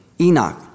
Enoch